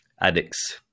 addicts